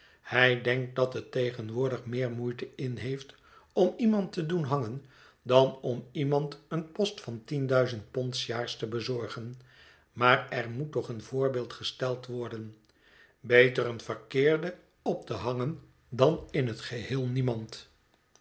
hij denkt dat het tegenwoordig meer moeite inheeft om iemand te doen hangen dan om iemand een post van tien duizend pond sjaars te bezorgen maar er moet toch een voorbeeld gesteld worden beter een verkeerden op te hangen dan in het geheel niemand